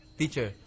teacher